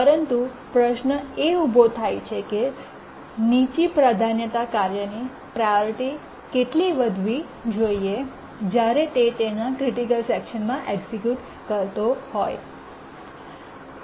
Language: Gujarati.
પરંતુ પ્રશ્ન એ ઊભો થાય છે કે નીચા પ્રાધાન્યતા કાર્યની પ્રાયોરિટી કેટલી વધવી જ્યારે એ એના ક્રિટિકલ સેકશનમાં એક્સિક્યૂટ કરતો હોય